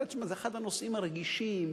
זה אחד הנושאים הרגישים,